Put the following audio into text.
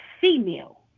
female